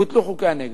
בוטלו חוקי הנגב.